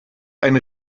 eine